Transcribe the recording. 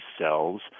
cells